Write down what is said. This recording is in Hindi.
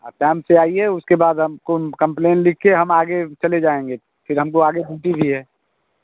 आप टाइम से आइए उसके बाद हम को कंप्लेन लिख कर हम आगे चले जाएंगे फिर हमको आगे ड्यूटी भी है